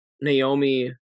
Naomi